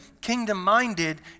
kingdom-minded